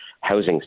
housing